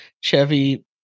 Chevy